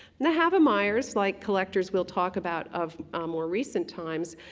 and the havemeyers, like collectors we'll talk about of more recent times,